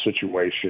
Situation